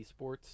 eSports